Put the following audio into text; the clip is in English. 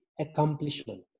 accomplishment